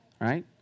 Right